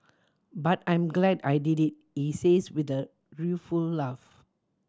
but I'm glad I did it he says with a rueful laugh